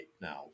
now